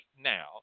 now